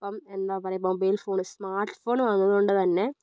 ഇപ്പം എന്താ പറയുക മൊബൈൽ ഫോണ് സ്മാർട്ട് ഫോണ് വന്നതുകൊണ്ട് തന്നെ